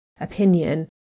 opinion